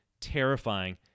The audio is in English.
Terrifying